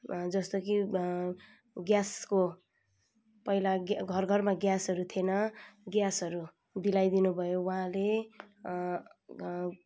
जस्तो कि ग्यासको पहिला घर घरमा ग्यासहरू थिएन ग्यासहरू दिलाइदिनु भयो उहाँले